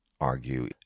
argue